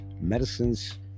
medicines